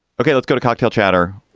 ok, let's go to cocktail chatter.